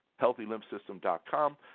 healthylymphsystem.com